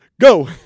Go